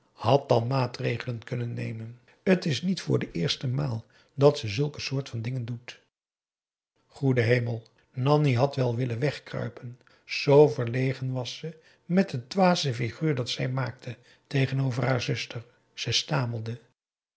had dan maatregelen kunnen nemen t is niet voor de eerste maal dat ze zulke soort van dingen doet goede hemel nanni had wel willen wegkruipen zoo verlegen was ze met het dwaze figuur dat zij maakte tegenover haar zuster ze stamelde